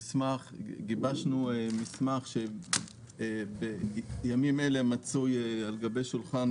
גיבשנו מסמך שבימים אלה מצוי על גבי שולחן